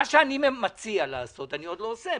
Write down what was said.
מה שאני מציע לעשות, אני עוד לא עושה,